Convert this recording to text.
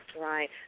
Right